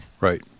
Right